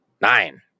nine